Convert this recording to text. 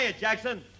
Jackson